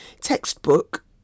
Textbook